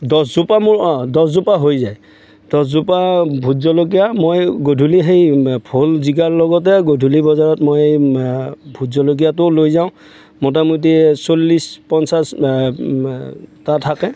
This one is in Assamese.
দহজোপা মোৰ অঁ দহজোপা হৈ যায় দহজোপা ভোট জলকীয়া মই গধূলি সেই ভোল জিকাৰ লগতে গধূলি বজাৰত মই ভোট জলকীয়াটোও লৈ যাওঁ মোটামুটি চল্লিছ পঞ্চাছ টা থাকে